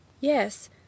Yes